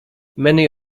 many